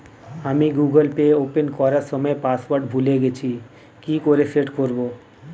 আমি Google pay open করার সময় পাসওয়ার্ড ভুলে গেছি কি করে সেট করব?